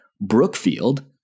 Brookfield